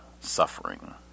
suffering